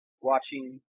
watching